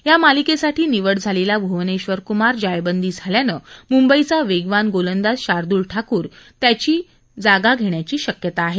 या मालिकेसाठी निवड झालेला भुवनेश्वर कुमार जायबंदी झाल्यानं मुंबईचा वेगवान गोलंदाज शार्दूल ठाकूर त्याची जागा घेण्याची शक्यता आहे